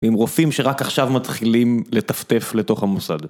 עם רופאים שרק עכשיו מתחילים לטפטף לתוך המוסד.